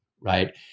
right